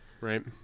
Right